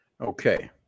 Okay